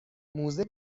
موزه